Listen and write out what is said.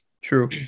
True